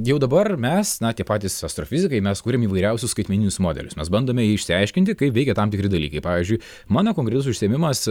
jau dabar mes na tie patys astrofizikai mes kuriam įvairiausius skaitmeninius modelius mes bandome išsiaiškinti kaip veikia tam tikri dalykai pavyzdžiui mano konkretus užsiėmimas